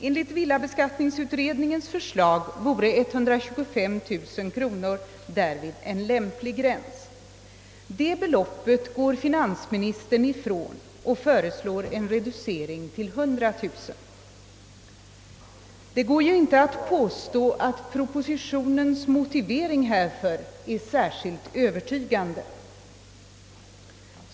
Enligt villabeskattningsutredningens förslag vore 125000 kronor. därvid en lämplig gräns. Detta belopp går finansministern ifrån och föreslår en reducering till 100 000 kronor. Propositionens motivering härför är inte särskilt övertygande.